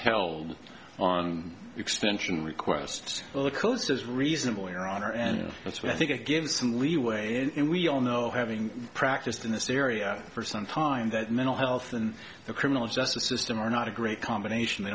held on extension requests for the coast is reasonable your honor and that's why i think it gives some leeway and we all know having practiced in this area for some time that mental health and the criminal justice system are not a great combination they